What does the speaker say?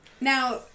now